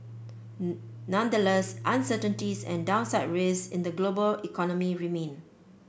nonetheless uncertainties and downside risks in the global economy remain